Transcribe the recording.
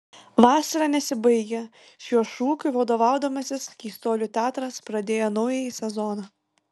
vasara nesibaigia šiuo šūkiu vadovaudamasis keistuolių teatras pradėjo naująjį sezoną